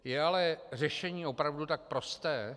Je ale řešení opravdu tak prosté?